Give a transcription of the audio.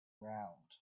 round